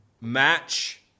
match